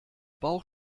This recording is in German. bauch